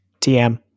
TM